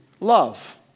love